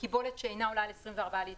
בקיבולת שאינה עולה על 24 ליטרים.